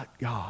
God